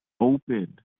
open